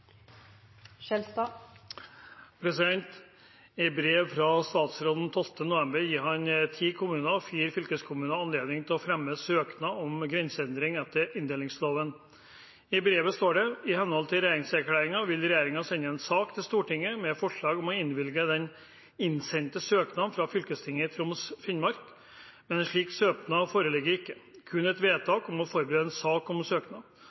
vurdere i denne sammenhengen, og vil også ha dialog med fylkeskommunene om det. «I brev fra statsråden 12. november gir han ti kommuner og fire fylkeskommuner anledning til å fremme søknad om grenseendring etter inndelingsloven. I brevet står det: «I henhold til regjeringserklæringen vil regjeringen sende en sak til Stortinget med forslag om å innvilge den innsendte søknaden fra fylkestinget i Troms og Finnmark.» Men en slik søknad foreligger ikke, kun